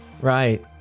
right